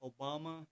Obama